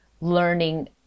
learning